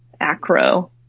acro